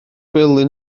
gwely